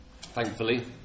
Thankfully